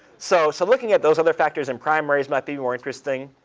so so looking at those other factors in primaries might be more interesting.